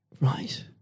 Right